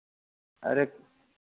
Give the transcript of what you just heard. अरे